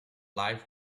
life